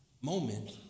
moment